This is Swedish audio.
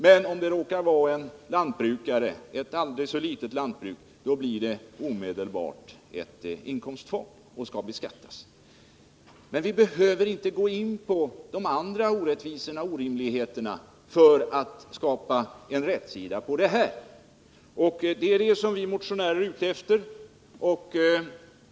Men om det råkar gälla en lantbrukare — med ett aldrig så litet jordbruk — blir det omedelbart ett inkomstfång, som skall beskattas. Men vi behöver inte gå in på de andra orättvisorna och orimligheterna för att få rätsida på det här problemet — och det är detta som vi motionärer är ute efter.